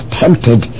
tempted